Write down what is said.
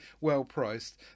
well-priced